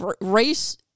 race